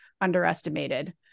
underestimated